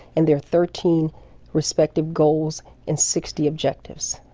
and there are thirteen respective goals and sixty objectives.